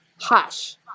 hush